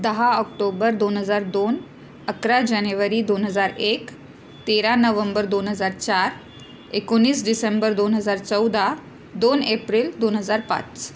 दहा ऑक्टोबर दोन हजार दोन अकरा जानेवारी दोन हजार एक तेरा नोव्हेंबर दोन हजार चार एकोणीस डिसेंबर दोन हजार चौदा दोन एप्रिल दोन हजार पाच